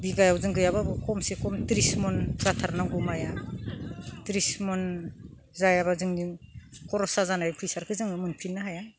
बिगायाव जों गैयाब्लाबो थ्रिस मन जाथार नांगौ माइआ थ्रिस मन जाया जोंनि खरसा जानाय फैसाखो जों मोनफिननो हाया